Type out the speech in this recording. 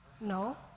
no